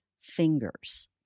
fingers